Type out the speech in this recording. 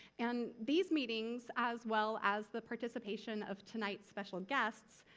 and these meetings, as well as the participation of tonight's special guests,